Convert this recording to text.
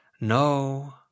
No